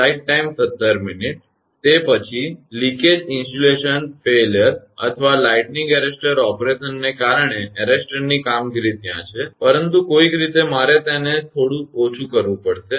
તેથી પછી leakage insulation ભંગાણ અથવા લાઇટનીંગ એરેસ્ટર ઓપરેશન ને કારણે એરેસ્ટરની કામગીરી ત્યાં છે પરંતુ કોઈક રીતે મારે તેને થોડું ઓછું કરવું પડશે